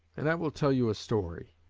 and i will tell you a story.